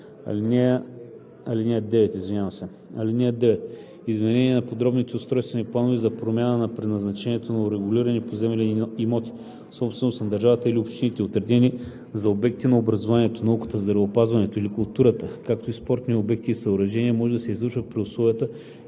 „(9) Изменение на подробните устройствени планове за промяна на предназначението на урегулирани поземлени имоти – собственост на държавата или общините, отредени за обекти на образованието, науката, здравеопазването или културата, както и за спортни обекти и съоръжения, може да се извърши при условията